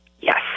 yes